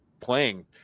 playing